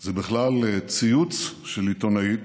זה בכלל ציוץ של עיתונאית